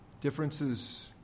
differences